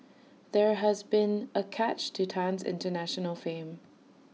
there has been A catch to Tan's International fame